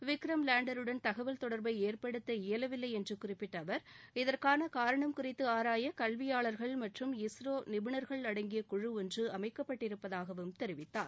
விக்ரம் லேண்டருடன் தகவல் தொடர்பை ஏற்படுத்த இயலவில்லை என்று குறிப்பிட்ட அவர் இதற்கான காரணம் குறித்து ஆராய கல்வியாளர்கள் மற்றும் இஸ்ரோ நிபுணர்கள் அடங்கிய குழு ஒன்று அமைக்கப்பட்டிருப்பதாகவும் தெரிவித்தார்